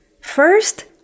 first